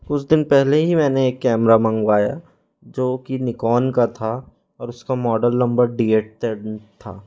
कुछ दिन पहले ही मैंने एक कैमरा मंगवाया जो कि निकॉन का था और उसका model number D eight ten था